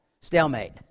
Stalemate